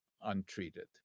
untreated